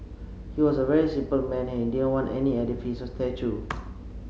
he was a very simple man he didn't want any edifice or statue